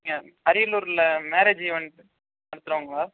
யா அரியலூரில் marriage event நடத்துகிறவங்களா